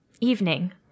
Evening